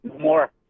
more